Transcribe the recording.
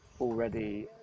Already